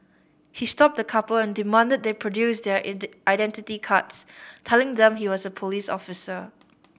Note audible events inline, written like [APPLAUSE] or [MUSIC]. he stopped the couple and demanded they produce their [UNINTELLIGIBLE] identity cards telling them he was a police officer